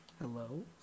Hello